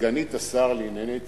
סגנית השר לענייני צעירים,